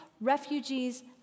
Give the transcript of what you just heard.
refugees